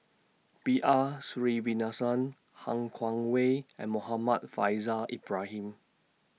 B R Sreenivasan Han Guangwei and Muhammad Faishal Ibrahim